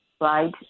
right